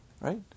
right